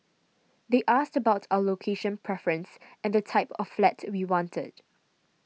they asked about our location preference and the type of flat we wanted